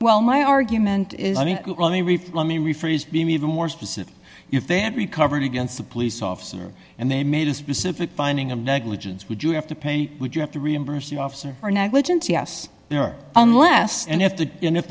well my argument is i mean let me rephrase being even more specific if they had recovered against a police officer and they made a specific finding of negligence would you have to pay would you have to reimburse the officer for negligence yes there unless and if the if